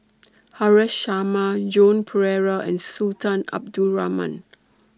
Haresh Sharma Joan Pereira and Sultan Abdul Rahman